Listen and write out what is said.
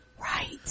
right